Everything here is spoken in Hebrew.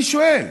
אני שואל.